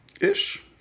Ish